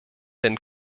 den